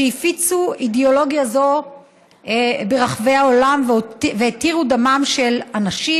שהפיצו אידיאולוגיה זו ברחבי העולם והתירו דמם של אנשים,